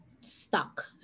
stuck